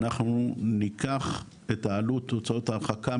אנחנו ניקח את עלות הוצאות ההרחקה,